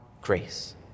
grace